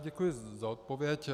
Děkuji za odpověď.